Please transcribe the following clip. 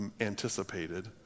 anticipated